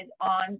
on